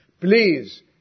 Please